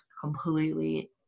completely –